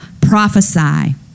prophesy